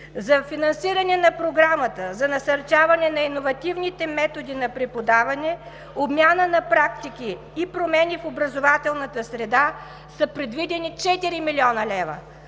За финансиране на Програмата за насърчаване на иновативните методи на преподаване, обмяна на практики и промени в образователната среда са предвидени 4 млн. лв.